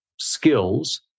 skills